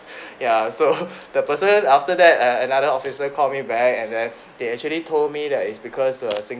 ya so the person after that err another officer called me back and then they actually told me that is because err